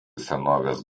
senovės